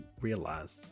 realize